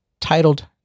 titled